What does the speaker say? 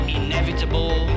inevitable